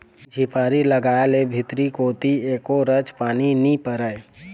झिपारी लगाय ले भीतिया कोती एको रच पानी नी परय